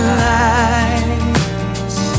lights